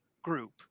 group